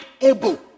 able